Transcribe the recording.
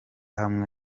hamwe